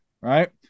right